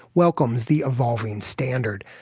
welcomes the evolving standard.